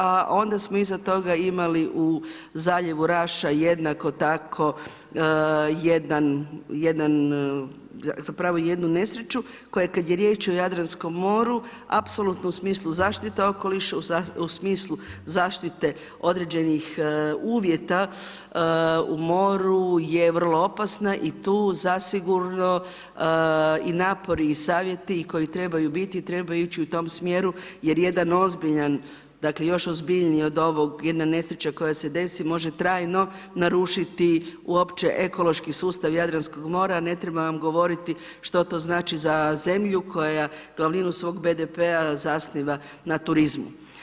A onda smo iza toga imali u zaljevu Raša jednako tako jedan, zapravo jednu nesreću koja kada je riječ o Jadranskom moru, apsolutno u smislu zaštite okoliša, u smislu zaštite određenih uvjeta u moru je vrlo opasna i tu zasigurno i napori i savjeti i koji trebaju biti trebaju ići u tom smjeru jer jedan ozbiljan, dakle još ozbiljniji od ovog, jedna nesreća koja se desi može trajno narušiti uopće ekološki sustav Jadranskog mora a ne trebam vam to govoriti što znači za zemlju koja glavinu svog BDP-a zasniva na turizmu.